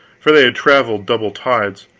for they had traveled double tides.